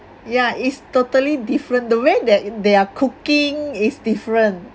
yeah it's totally different the way that they are cooking is different